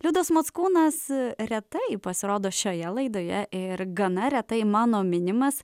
liudas mockūnas retai pasirodo šioje laidoje ir gana retai mano minimas